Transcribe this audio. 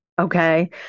Okay